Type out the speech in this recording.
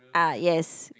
ah yes